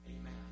amen